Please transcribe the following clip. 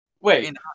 Wait